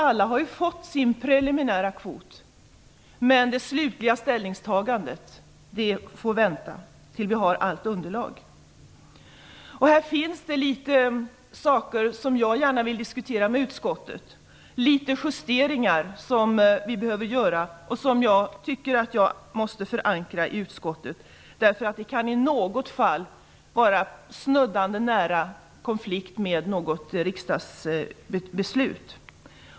Alla har fått sin preliminära kvot, men det slutliga ställningstagandet får vänta tills vi har hela underlaget. Det finns en del frågor som jag gärna vill diskutera med utskottet. Vi behöver göra vissa justeringar som jag tycker att jag måste förankra i utskottet. Det kan i något fall vara snubblande nära konflikt med något riksdagsbeslut.